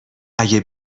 اگه